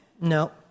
No